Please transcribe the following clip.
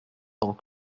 temps